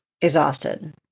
exhausted